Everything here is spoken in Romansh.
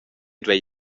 duei